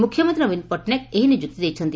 ମୁଖ୍ୟମନ୍ତୀ ନବୀନ ପଟ୍ଟନାୟକ ଏହି ନିଯୁକ୍ତି ଦେଇଛନ୍ତି